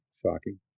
shocking